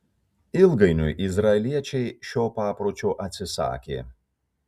ilgainiui izraeliečiai šio papročio atsisakė